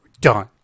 done